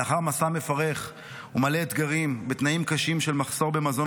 לאחר מסע מפרך ומלא אתגרים בתנאים קשים של מחסור במזון